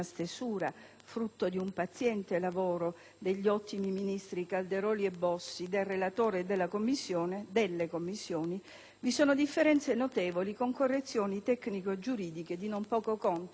frutto di un paziente lavoro degli ottimi ministri Calderoli e Bossi, del relatore e delle Commissioni, vi sono differenze notevoli con correzioni tecnico-giuridico di non poco conto, a partire